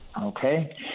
okay